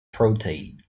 protein